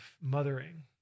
mothering